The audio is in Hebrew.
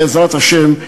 בעזרת השם,